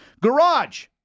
Garage